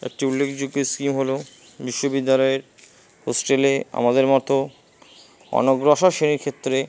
একটি উল্লেখযোগ্য স্কিম হলো বিশ্ববিদ্যালয়ের হোস্টেলে আমাদের মতো অনগ্রসর শেণীর ক্ষেত্রে